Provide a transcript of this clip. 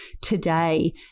today